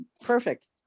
perfect